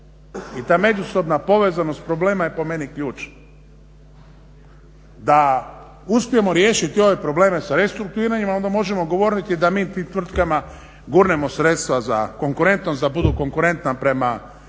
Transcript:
I ta međusobna povezanost problema je po meni ključ da uspijemo riješiti ove probleme sa restrukturiranjem onda možemo govoriti da mi tim tvrtkama gurnemo sredstva za konkurentnost da budu konkurentna prema